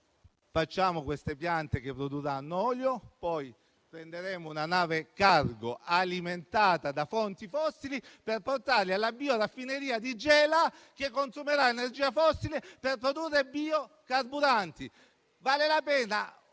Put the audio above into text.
Facciamo le piante che produrranno olio e poi prenderemo una nave cargo, alimentata da fonti fossili, per portarlo alla bioraffineria di Gela, che consumerà energia fossile, per produrre biocarburanti. Vale la pena